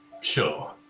sure